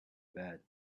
bed